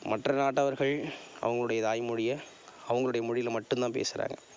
மற்ற நாட்டவர்கள் அவங்குளுடைய தாய் மொழியை அவங்குளோட மொழியில் மட்டுந்தான் பேசுகிறாங்க